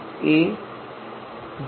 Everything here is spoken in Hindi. ए 0 00